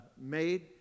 made